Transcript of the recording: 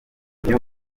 niyo